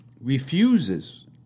refuses